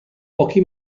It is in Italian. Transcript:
pochi